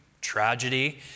tragedy